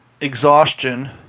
exhaustion